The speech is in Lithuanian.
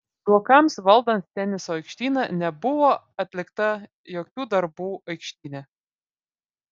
zuokams valdant teniso aikštyną nebuvo atlikta jokių darbų aikštyne